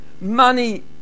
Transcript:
money